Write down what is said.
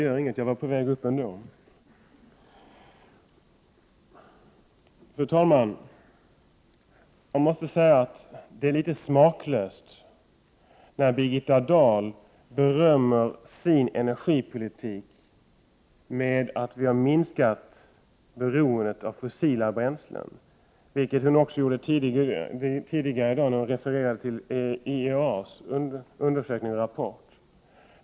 Fru talman! Jag måste säga att det är litet smaklöst när Birgitta Dahl berömmer sin energipolitik med att säga att vi har minskat beroendet av fossila bränslen, vilket hon också gjorde tidigare i dag när hon refererade till IAEA:s undersökningsrapport.